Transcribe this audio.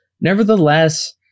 nevertheless